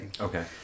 Okay